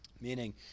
Meaning